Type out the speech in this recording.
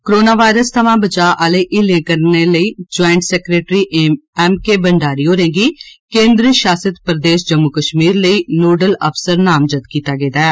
corona virus थमां बचाऽ आह्ले हीलें करने लेई joint secretary M K Bhandari होरें'गी केन्द्र शासित प्रदेश जम्मू कश्मीर लेई नोडल अफसर नामज़द कीता गेदा ऐ